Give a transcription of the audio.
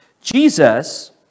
Jesus